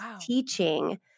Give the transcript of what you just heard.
teaching